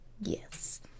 Yes